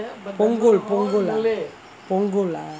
punggol punggol ah punggol ah